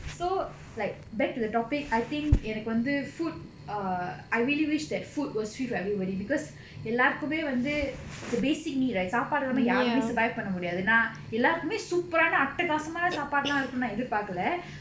so like back to the topic I think எனக்கு வந்து:enakku vandhu food err I really wish that food was free for everybody because எல்லார்க்குமே வந்து:ellarkume vandhu is a basic need right சாப்பாடு இல்லாம யாருமே:saapadu illama yaarume survive பண்ண முடியாது நா எல்லாருக்குமே:panna mudiyadhu naa ellaarukkume super ஆன அட்டகாசமான சாப்பாடு எல்லாம் இருக்கணும்னு நா எதிர் பாக்கல:aana attakaasamana saapadu ellam irukkanumnu naa edhir paakkala